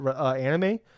anime